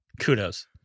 kudos